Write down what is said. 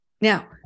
Now